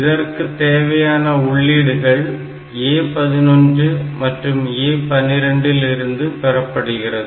இதற்கு தேவையான உள்ளீடுகள் A11 மற்றும் A12 இல் இருந்து பெறப்படுகிறது